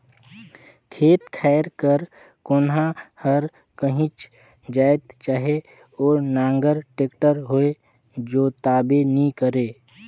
खेत खाएर कर कोनहा हर काहीच जाएत चहे ओ नांगर, टेक्टर होए जोताबे नी करे